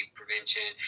prevention